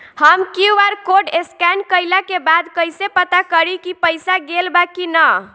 हम QR code scan कइला के बाद कइसे पता करि की पईसा गेल बा की न?